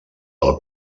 del